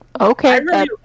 Okay